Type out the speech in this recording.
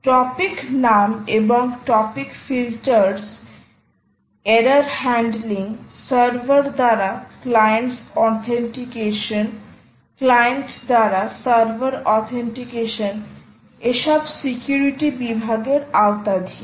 topic নাম এবং topic filters error handling server দ্বারা ক্লায়েন্টস অথেনটিকেশন ক্লায়েন্টর দ্বারা সার্ভার অথেনটিকেশন সব সিকিউরিটি বিভাগের আওতাধীন